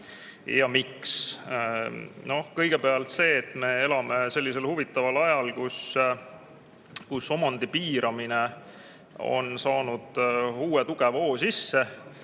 Miks? Kõigepealt see, et me elame sellisel huvitaval ajal, kus omandi piiramine on saanud uue, tugeva hoo sisse.